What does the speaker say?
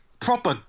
proper